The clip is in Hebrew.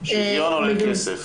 --- שוויון עולה כסף.